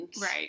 Right